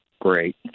Great